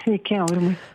sveiki aurimai